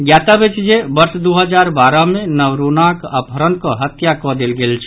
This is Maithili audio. ज्ञातव्य अछि जे वर्ष द् हजार बारह मे नवरूणाक अपहरण कऽ हत्या कऽ देल गेल छल